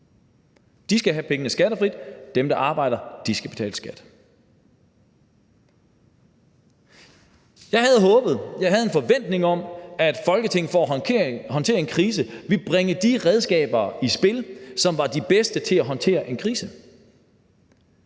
de skal have pengene skattefrit, mens dem, der arbejder, skal betale skat. Jeg havde håbet og havde en forventning om, at Folketinget for at håndtere en krise ville bringe de redskaber i spil, som var de bedste til at håndtere en krise.